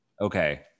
Okay